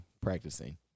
practicing